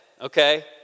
okay